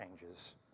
changes